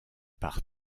par